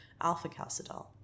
alpha-calcidol